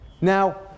Now